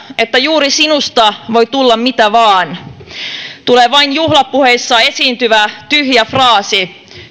että juuri sinusta voi tulla mitä vain tulee vain juhlapuheissa esiintyvä tyhjä fraasi